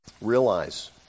realize